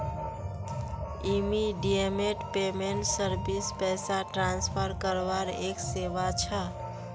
immediate payment service पैसा transfer करवार एक सेवा छ